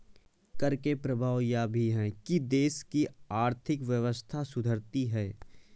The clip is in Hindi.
कर के प्रभाव यह भी है कि देश की आर्थिक व्यवस्था सुधरती है